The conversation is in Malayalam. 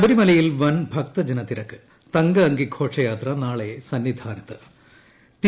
ശബരിമലയിൽ വൻ ഭക്തജ്ജന്റ് തിർക്ക് തങ്ക അങ്കി ഘോഷയാത്ര നാളെ സന്ദ്രിധാ്നത്ത്